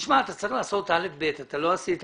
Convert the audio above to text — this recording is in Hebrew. לעשות א' ו-ב' ואתה לא עשית.